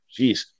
jeez